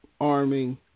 arming